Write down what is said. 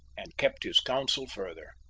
and kept his counsel further.